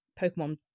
Pokemon